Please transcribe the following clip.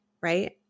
Right